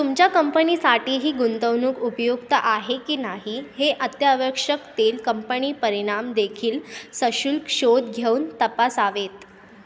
तुमच्या कंपनीसाठी ही गुंतवणूक उपयुक्त आहे की नाही हे अत्यावश्यक तेल कंपनी परिणाम देखील सशुल्क शोध घेऊन तपासावेत